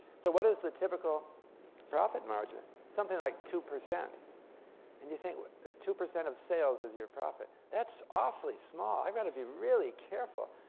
so what is the typical profit margin something like two. and you think two percent of sales is your profit that's awfully small. i've got to be really careful.